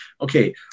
Okay